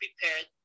prepared